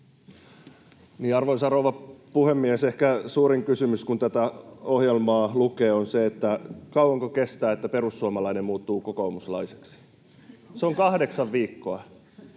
Arvoisa rouva puhemies! Ehkä suurin kysymys, kun tätä ohjelmaa lukee, on se, kauanko kestää, että perussuomalainen muuttuu kokoomuslaiseksi. Se on kahdeksan viikkoa.